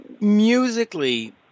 musically